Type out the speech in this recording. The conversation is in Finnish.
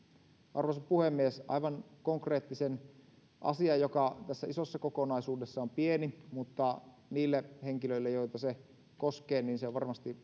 arvoisa puhemies toisin esille aivan konkreettisen asian joka tässä isossa kokonaisuudessa on pieni mutta niille henkilöille joita se koskee se on varmasti